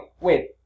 wait